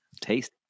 Taste